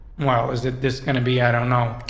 well, is it this gonna be? i don't know.